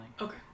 Okay